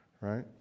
right